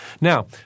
Now